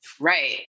Right